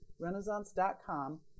Renaissance.com